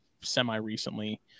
semi-recently